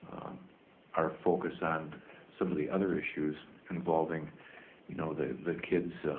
our focus on some of the other issues involving you know the the kids'